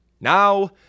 now